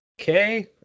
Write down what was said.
okay